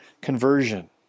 conversion